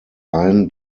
ein